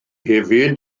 hefyd